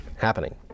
happening